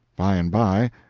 by and by,